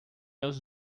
aos